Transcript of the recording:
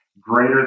Greater